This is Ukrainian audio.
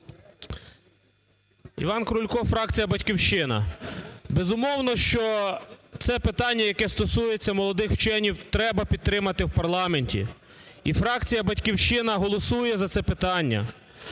ІванКрулько, фракція "Батьківщина". Безумовно, що це питання, яке стосується молодих вчених, треба підтримати в парламенті, і фракція "Батьківщина" голосує за це питання.